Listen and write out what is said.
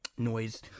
noise